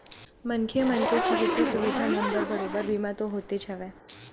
मनखे मन के चिकित्सा सुबिधा मन बर बरोबर बीमा तो होतेच हवय